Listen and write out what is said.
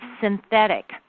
synthetic